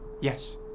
Yes